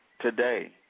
Today